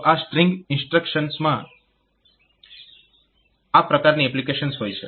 તો આ સ્ટ્રીંગ ઇન્સ્ટ્રક્શન્સમાં આ પ્રકારની એપ્લિકેશન હોય છે